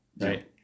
right